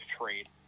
trade